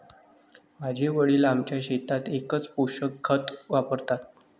माझे वडील आमच्या शेतात एकच पोषक खत वापरतात